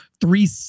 three